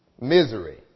misery